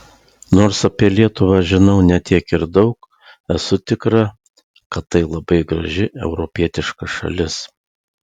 nors apie lietuvą žinau ne tiek ir daug esu tikra kad tai labai graži europietiška šalis